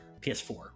PS4